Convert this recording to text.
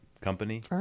company